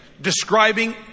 describing